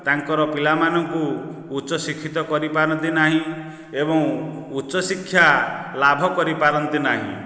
ତାଙ୍କର ପିଲାମାନଙ୍କୁ ଉଚ୍ଚ ଶିକ୍ଷିତ କରିପାରନ୍ତି ନାହିଁ ଏବଂ ଉଚ୍ଚ ଶିକ୍ଷା ଲାଭ କରିପାରନ୍ତି ନାହିଁ